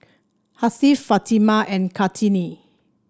Hasif Fatimah and Kartini